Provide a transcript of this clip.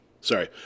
Sorry